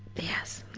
yes,